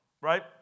right